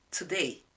today